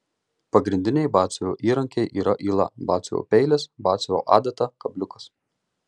pagrindiniai batsiuvio įrankiai yra yla batsiuvio peilis batsiuvio adata kabliukas